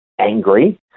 angry